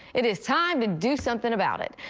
it is time to do something about it.